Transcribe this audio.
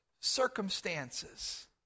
circumstances